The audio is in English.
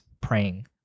praying